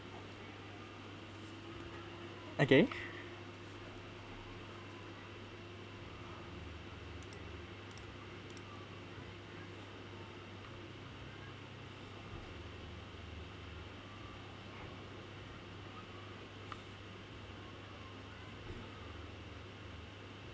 okay